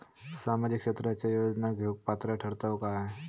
सामाजिक क्षेत्राच्या योजना घेवुक पात्र ठरतव काय?